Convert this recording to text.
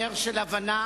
בדרך של הבנה,